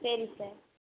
சரி சார்